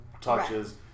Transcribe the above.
touches